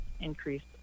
increased